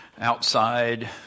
outside